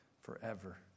forever